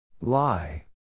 Lie